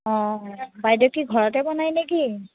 অঁ বাইদেৱে কি ঘৰতে বনায়নে কি